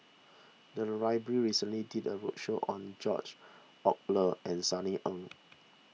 the library recently did a roadshow on George Oehlers and Sunny Ang